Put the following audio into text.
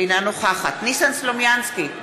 אינה נוכחת ניסן סלומינסקי,